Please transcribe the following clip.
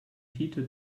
peter